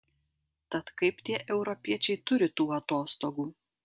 tad kaip tie europiečiai turi tų atostogų